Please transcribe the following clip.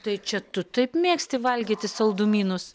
tai čia tu taip mėgsti valgyti saldumynus